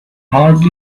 hardly